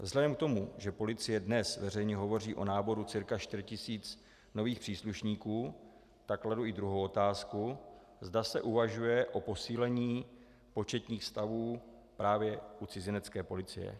Vzhledem k tomu, že policie dnes veřejně hovoří o náboru cca čtyř tisíc nových příslušníků, tak kladu i druhou otázku: zda se uvažuje o posílení početních stavů právě u cizinecké policie.